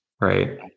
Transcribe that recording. right